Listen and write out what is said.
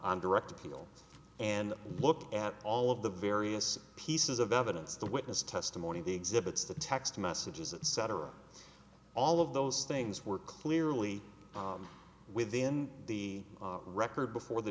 on direct appeal and look at all of the various pieces of evidence the witness testimony the exhibits the text messages etc all of those things were clearly within the record before the